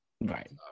right